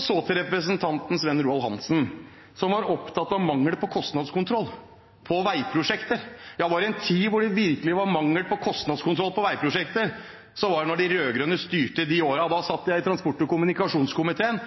Så til representanten Svein Roald Hansen, som var opptatt av mangelen på kostnadskontroll på veiprosjekter: Ja, var det en tid da det virkelig var mangel på kostnadskontroll på veiprosjekter, var det da de rød-grønne styrte. De årene satt jeg i transport- og kommunikasjonskomiteen